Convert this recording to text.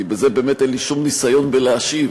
כי בזה אין לי שום ניסיון בלהשיב.